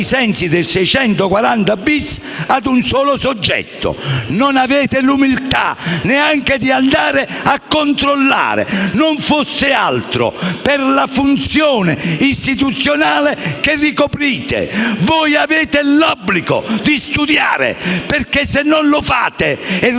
sensi dell'articolo 640-*bis* di un solo soggetto. Non avete neanche l'umiltà di andare a controllare, non fosse altro per la funzione istituzionale che ricoprite. Avete l'obbligo di studiare perché, se non lo fate e